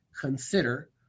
consider